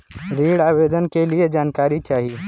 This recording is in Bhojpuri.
ऋण आवेदन के लिए जानकारी चाही?